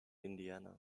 indiana